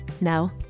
Now